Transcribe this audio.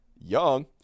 young